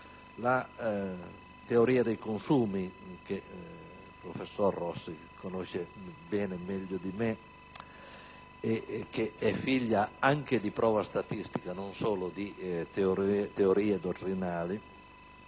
La teoria dei consumi, che il professor Rossi conosce bene e meglio di me, è figlia anche di prova statistica e non solo di teorie o